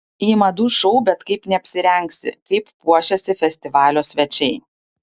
į madų šou bet kaip neapsirengsi kaip puošėsi festivalio svečiai